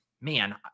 man